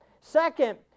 Second